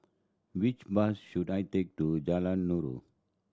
which bus should I take to Jalan Nulu